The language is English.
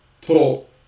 total